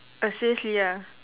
but seriously ya